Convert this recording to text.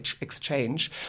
exchange